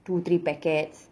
two three packets